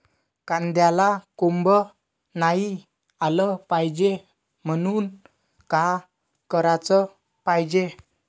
कांद्याला कोंब नाई आलं पायजे म्हनून का कराच पायजे?